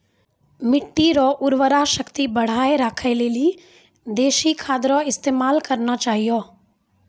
मिट्टी रो उर्वरा शक्ति बढ़ाएं राखै लेली देशी खाद रो इस्तेमाल करना चाहियो